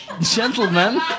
gentlemen